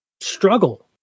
struggle